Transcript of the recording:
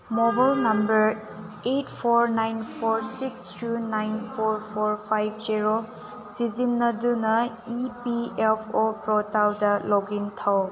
mobile number eight four nine four six three nine four four five zero ꯁꯤꯖꯤꯟꯅꯗꯨꯅ E P F O ꯄꯣꯔꯇꯦꯜꯗ login ꯇꯧ